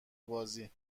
بازی